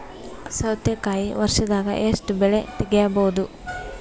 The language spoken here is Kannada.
ಸೌತಿಕಾಯಿ ವರ್ಷದಾಗ್ ಎಷ್ಟ್ ಬೆಳೆ ತೆಗೆಯಬಹುದು?